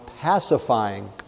pacifying